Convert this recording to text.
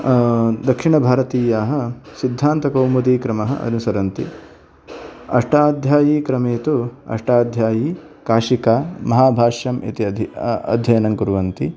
दक्षिणभारतीयाः सिद्धान्तकौमुदीक्रमः अनुसरन्ति अष्टाध्यायीक्रमे तु अष्टाध्यायी काशीका महाभाष्यम् इति अध्ययनं कुर्वन्ति